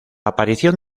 aparición